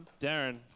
Darren